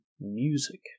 music